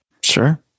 sure